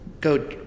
go